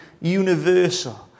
universal